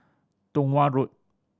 Tong Watt Road